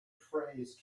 phrase